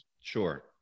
Sure